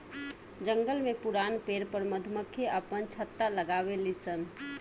जंगल में पुरान पेड़ पर मधुमक्खी आपन छत्ता लगावे लिसन